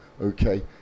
okay